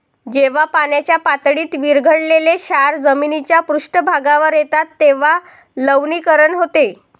जेव्हा पाण्याच्या पातळीत विरघळलेले क्षार जमिनीच्या पृष्ठभागावर येतात तेव्हा लवणीकरण होते